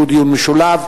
שהוא דיון משולב.